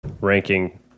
ranking